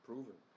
proven